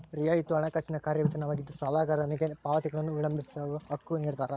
ರಿಯಾಯಿತಿಯು ಹಣಕಾಸಿನ ಕಾರ್ಯವಿಧಾನವಾಗಿದ್ದು ಸಾಲಗಾರನಿಗೆ ಪಾವತಿಗಳನ್ನು ವಿಳಂಬಗೊಳಿಸೋ ಹಕ್ಕು ನಿಡ್ತಾರ